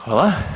Hvala.